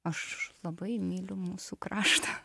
aš labai myliu mūsų kraštą